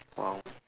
!wow!